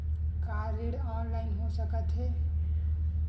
का ऋण ऑनलाइन हो सकत हे?